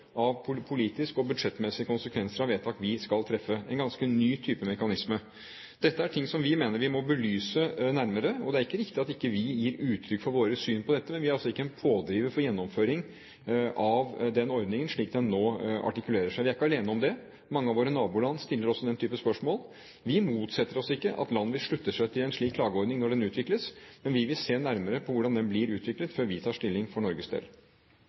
av politiske og budsjettmessige konsekvenser for vedtak vi skal treffe – en ganske ny type mekanisme. Dette er ting vi mener vi må belyse nærmere. Det er ikke riktig at vi ikke gir uttrykk for vårt syn på dette, men vi er altså ikke en pådriver for gjennomføring av ordningen slik den nå artikulerer seg. Vi er ikke alene om det. Mange av våre naboland stiller også den type spørsmål. Vi motsetter oss ikke at land vil slutte seg til en slik klageordning når den utvikles, men vi vil se nærmere på hvordan den blir utviklet, før vi tar stilling for Norges del.